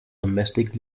domestic